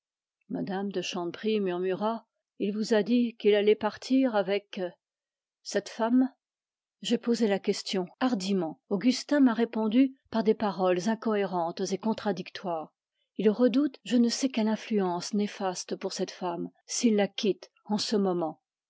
mme de chanteprie murmura il vous a dit qu'il allait partir avec cette femme j'ai posé la question augustin m'a répondu par des paroles contradictoires il redoute je ne sais quelle influence néfaste pour cette femme s'il la quitte